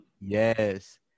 yes